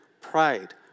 pride